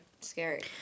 scary